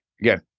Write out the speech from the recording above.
again